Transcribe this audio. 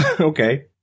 Okay